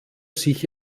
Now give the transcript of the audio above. sich